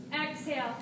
Exhale